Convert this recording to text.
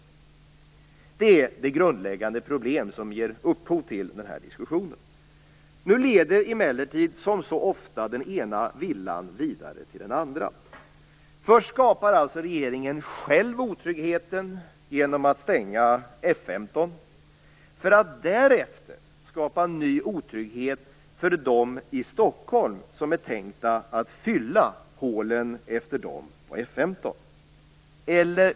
Detta är det grundläggande problem som ger upphov till vår diskussion. Nu leder emellertid, som så ofta, den ena villan vidare till den andra. Först skapar regeringen själv otryggheten genom att stänga F 15 för att därefter skapa ny otrygghet för dem i Stockholm, som är tänkta att fylla hålen efter dem vid F 15.